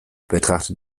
betrachtet